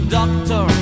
doctor